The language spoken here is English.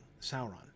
Sauron